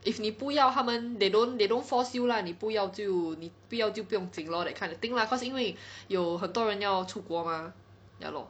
if 你不要他们 they don't they don't force you lah 你不要就你不要就不用紧 lor that kind of thing lah cause 因为有很多人要出国 mah ya lor